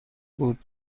بود